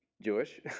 Jewish